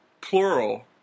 Plural